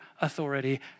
authority